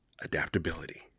Adaptability